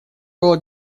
было